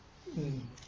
mm